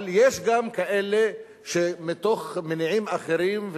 אבל יש גם כאלה שמתוך מניעים אחרים,